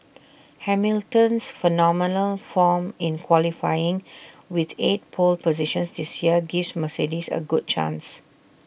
Hamilton's phenomenal form in qualifying with eight pole positions this year gives Mercedes A good chance